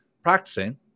practicing